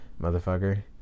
Motherfucker